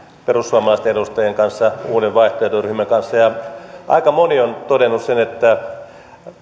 perussuomalaisten edustajien kanssa uusi vaihtoehto ryhmän kanssa ja aika moni on todennut sen että